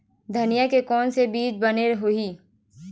धनिया के कोन से बीज बने होही?